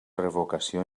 revocació